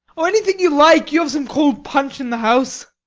oh, anything you like. you have some cold punch in the house.